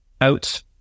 out